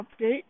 update